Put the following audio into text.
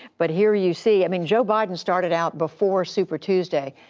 but here you see i mean, joe biden started out before super tuesday,